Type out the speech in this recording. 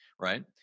right